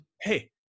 Hey